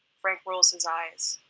frank rolls his eyes.